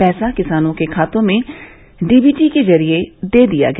पैसा किसानों के खातों में डी बी टी के जरिए दे दिया गया